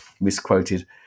misquoted